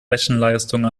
rechenleistung